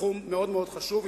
סכום מאוד מאוד חשוב.